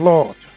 Lord